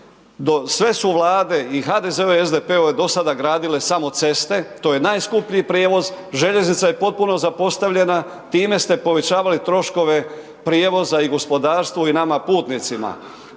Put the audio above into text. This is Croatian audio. Sve su vlade i HDZ-ove i SDP-ove do sada gradile samo ceste, to je najskuplji prijevoz, željeznica je potpuno zapostavljena, time ste povećavali troškove prijevoza i gospodarstvu i nama putnicima.